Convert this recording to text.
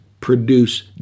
produce